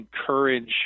encourage